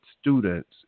students